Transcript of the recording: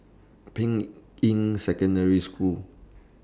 Ping Secondary School